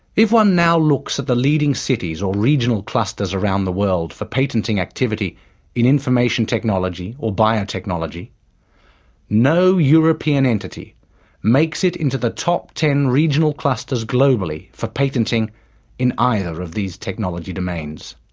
if one now looks at the leading cities or regional clusters around the world for patenting activity in information technology or biotechnology no european entity makes it into the top ten regional clusters globally for patenting in either of these technology domains.